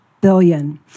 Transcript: billion